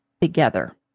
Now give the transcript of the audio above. together